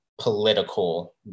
political